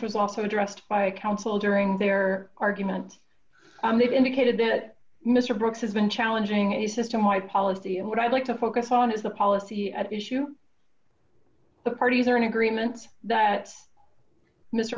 was also addressed by a counsel during their argument and they've indicated that mister brooks has been challenging a system my policy and what i'd like to focus on is the policy at issue the parties are in agreement that m